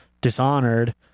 dishonored